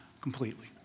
completely